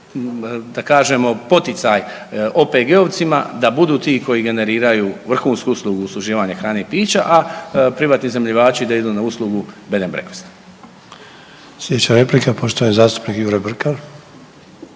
da kažemo poticaj OPG-ovcima da budu ti koji generiraju vrhunsku uslugu usluživanja hrane i pića, a privatni iznajmljivači da idu na uslugu bed and breakfast. **Sanader, Ante (HDZ)** Slijedeća replika poštovani zastupnik Jure Brkan.